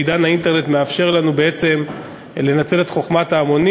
עידן האינטרנט מאפשר לנו בעצם לנצל את חוכמת ההמונים